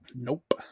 Nope